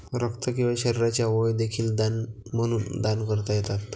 रक्त किंवा शरीराचे अवयव देखील दान म्हणून दान करता येतात